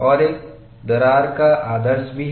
और एक दरार का एक आदर्श है